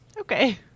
Okay